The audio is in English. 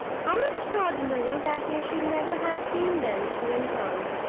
how extraordinary that you should never have seen them! she went on.